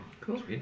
Cool